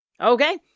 okay